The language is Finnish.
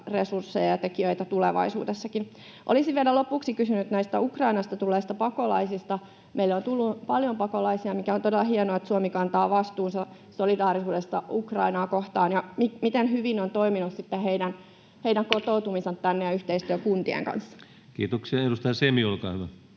resursseja ja tekijöitä tulevaisuudessakin. Olisin vielä lopuksi kysynyt Ukrainasta tulleista pakolaisista. Meille on tullut paljon pakolaisia, mikä on todella hienoa — Suomi kantaa vastuunsa solidaarisuudesta Ukrainaa kohtaan. Miten hyvin sitten on toiminut heidän kotoutumisensa tänne ja yhteistyö kuntien kanssa?